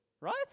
Right